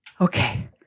okay